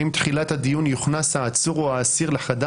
"עם תחילת הדיון יוכנס העצור או האסיר לחדר